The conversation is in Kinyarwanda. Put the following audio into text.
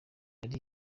ari